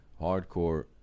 hardcore